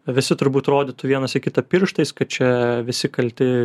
visi turbūt rodytų vienas į kitą pirštais kad čia visi kalti